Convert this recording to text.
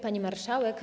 Pani Marszałek!